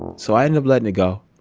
so, i ended up letting it go.